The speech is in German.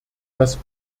das